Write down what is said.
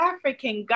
African